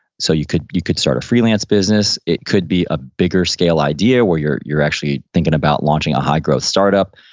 so you could you could start a freelance business. it could be a bigger scale idea where you're you're actually thinking about launching a high growth startup.